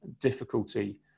difficulty